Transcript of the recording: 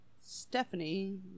Stephanie